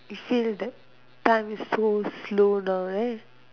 you feel that time is so slow now right